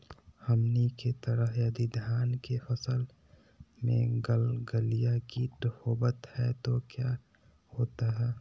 हमनी के तरह यदि धान के फसल में गलगलिया किट होबत है तो क्या होता ह?